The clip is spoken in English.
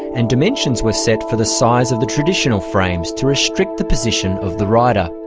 and dimensions were set for the size of the traditional frames to restrict the position of the rider.